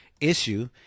issue